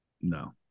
No